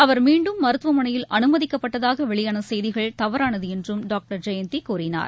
அவர் மீண்டும் மருத்துவமனையில் அனுமதிக்கப்பட்டதாக வெளியான செய்திகள் வறானது என்றும் டாக்டர் ஜெயந்தி கூறினார்